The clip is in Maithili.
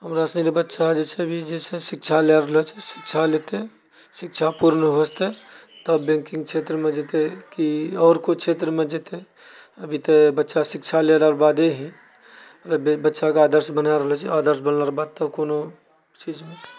हमरा सबके बच्चा छै भी शिक्षालए रहलऽ छै शिक्षा लेतै शिक्षा पूर्ण हो जेतै तब बैंकिङ्ग क्षेत्रमे जेतै कि आओर कोइ क्षेत्रमे जेतै अभी तऽ बच्चा शिक्षा लेलारऽ बादे ही मने बच्चाके आदर्श बना रहलऽ छी आदर्श बनलोरऽ बाद तऽ कोनो चीजमे